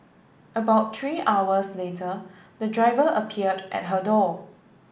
about tree hours later the driver appeared at her door